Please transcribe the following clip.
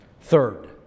Third